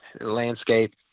landscape